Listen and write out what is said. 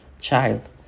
child